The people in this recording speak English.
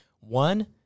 One